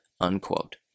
unquote